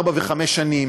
ארבע וחמש שנים,